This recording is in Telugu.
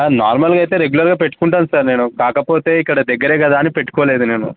నార్మల్గా అయితే రెగ్యులర్గా పెట్టుకుంటాను సార్ నేను కాకపోతే ఇక్కడ దగరే కదా అని పెట్టుకోలేదు నేను